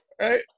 Right